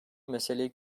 meseleyi